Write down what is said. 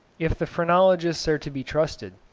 if the phrenologists are to be trusted,